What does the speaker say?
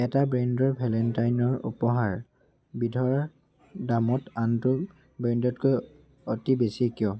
এটা ব্ৰেণ্ডৰ ভেলেণ্টাইনৰ উপহাৰ বিধৰ দামত আনটো ব্ৰেণ্ডতকৈ অতি বেছি কিয়